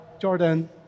Jordan